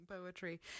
poetry